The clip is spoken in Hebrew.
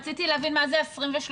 רציתי להבין מה זה ה-23,000.